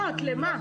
לְמָה ההסתייגויות?